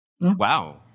Wow